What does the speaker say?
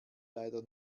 leider